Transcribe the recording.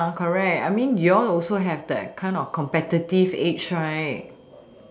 I mean you all also have that kind of competitive age right